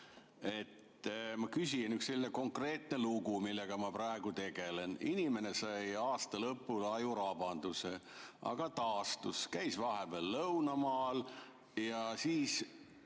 et] on selline konkreetne lugu, millega ma praegu tegelen. Inimene sai aasta lõpul ajurabanduse, aga taastus, käis vahepeal lõunamaal ja oli